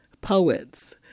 poets